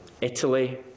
Italy